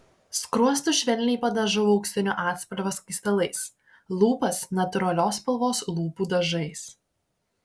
skruostus švelniai padažau auksinio atspalvio skaistalais lūpas natūralios spalvos lūpų dažais